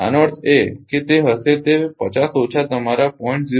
આનો અર્થ એ કે તે હશે તે 50 ઓછા તમારા 0